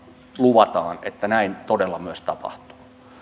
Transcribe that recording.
luvataan että näin todella myös tapahtuu